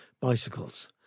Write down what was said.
Bicycles